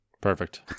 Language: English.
perfect